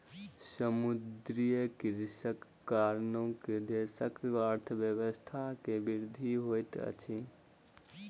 समुद्रीय कृषिक कारणेँ देशक अर्थव्यवस्था के वृद्धि होइत अछि